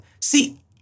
See